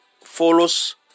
follows